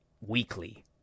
Weekly